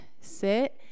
sit